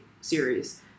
series